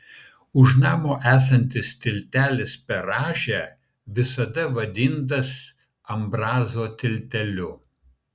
už namo esantis tiltelis per rąžę visada vadintas ambrazo tilteliu